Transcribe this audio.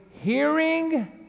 Hearing